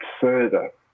further